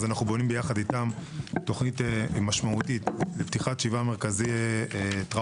אז אנו בונים יחד איתם תוכנית משמעותית בפתיחת שבעה מרכזי טראומה